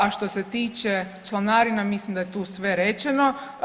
A što se tiče članarina mislim da je tu sve rečeno.